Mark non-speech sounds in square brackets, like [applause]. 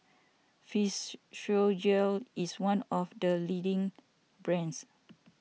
[unintelligible] is one of the leading brands